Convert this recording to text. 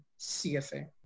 CFA